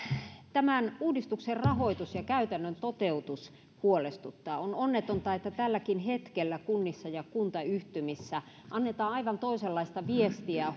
tämän uudistuksen rahoitus ja käytännön toteutus huolestuttavat on onnetonta että tälläkin hetkellä kunnissa ja kuntayhtymissä annetaan aivan toisenlaista viestiä